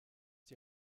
die